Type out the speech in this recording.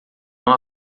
não